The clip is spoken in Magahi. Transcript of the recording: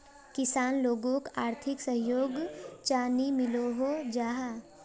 किसान लोगोक आर्थिक सहयोग चाँ नी मिलोहो जाहा?